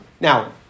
now